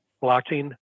blocking